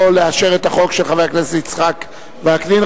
לאשר את החוק של חבר הכנסת יצחק וקנין.